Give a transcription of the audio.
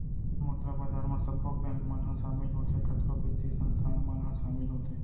मुद्रा बजार म सब्बो बेंक मन ह सामिल होथे, कतको बित्तीय संस्थान मन ह सामिल होथे